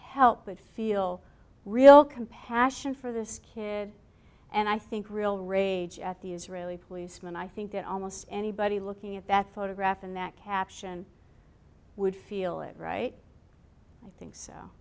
help but feel real compassion for this kid and i think real rage at the israeli policeman i think that almost anybody looking at that photograph and that caption would feel it right i think so